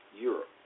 Europe